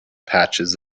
patches